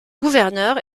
gouverneur